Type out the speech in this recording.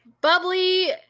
Bubbly